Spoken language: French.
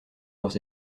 leurs